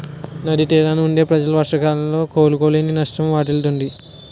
నది తీరాన వుండే ప్రజలు వర్షాకాలంలో కోలుకోలేని నష్టం వాటిల్లుతుంది